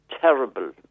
terrible